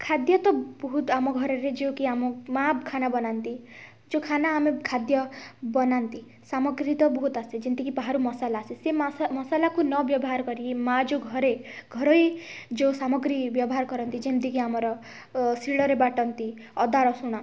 ଖାଦ୍ୟ ତ ବହୁତ ଆମ ଘରରେ ଯେଉଁ କି ଆମ ମାଆ ଖାନା ବନାନ୍ତି ଯେଉଁ ଖାନା ଆମେ ଖାଦ୍ୟ ବନାନ୍ତି ସାମଗ୍ରୀ ତ ବହୁତ ଆସେ ଯେମିତି କି ବାହାରୁ ମସଲା ଆସେ ସେ ମସଲାକୁ ନ ବ୍ୟବହାର କରିକି ମାଆ ଯେଉଁ ଘରେ ଘରୋଇ ଯେଉଁ ସାମଗ୍ରୀ ବ୍ୟବହାର କରନ୍ତି ଯେମତି କି ଆମର ଶିଳରେ ବାଟନ୍ତି ଅଦା ରସୁଣ